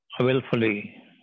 willfully